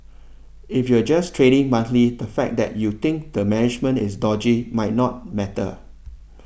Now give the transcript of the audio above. if you're just trading monthly the fact that you think the management is dodgy might not matter